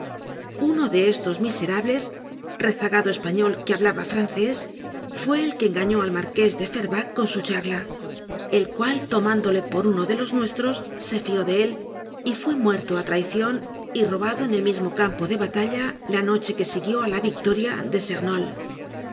uno de estos miserables rezagado español que hablaba francés fue el que engañó al marqués de fervacques con su charla el cual tomándole por uno de los nuestros se fió de él y fue muerto á traicion y robado en el mismo campo de batalla la noche que siguió á la victoria de